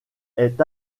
est